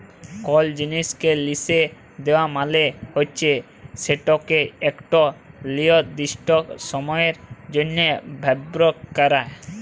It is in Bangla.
কল জিলিসকে লিসে দেওয়া মালে হচ্যে সেটকে একট লিরদিস্ট সময়ের জ্যনহ ব্যাভার ক্যরা